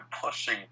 pushing